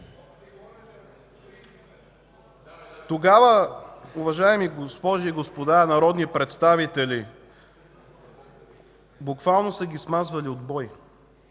Тогава, уважаеми госпожи и господа народни представители, буквално са ги смазвали от бой,